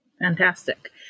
Fantastic